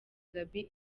gaby